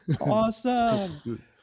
Awesome